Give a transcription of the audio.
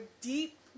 deep